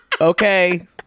Okay